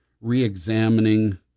re-examining